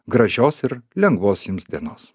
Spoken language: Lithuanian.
gražios ir lengvos jums dienos